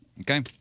Okay